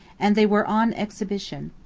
and they were on exhibition.